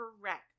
Correct